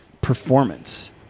Performance